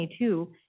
2022